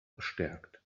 bestärkt